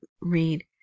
read